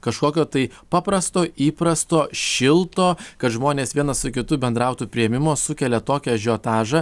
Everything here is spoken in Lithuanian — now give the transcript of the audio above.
kažkokio tai paprasto įprasto šilto kad žmonės vienas su kitu bendrautų priėmimo sukelia tokį ažiotažą